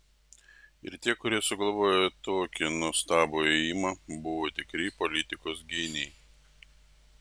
ir tie kurie sugalvojo tokį nuostabų ėjimą buvo tikri politikos genijai